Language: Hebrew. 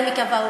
אני מקווה,